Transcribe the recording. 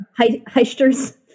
Heisters